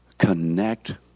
Connect